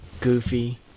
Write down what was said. Goofy